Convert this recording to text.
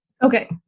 Okay